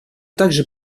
также